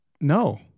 no